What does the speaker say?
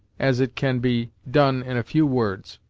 as it can be done in a few words.